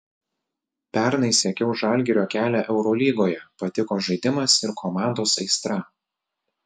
pernai sekiau žalgirio kelią eurolygoje patiko žaidimas ir komandos aistra